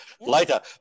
later